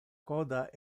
coda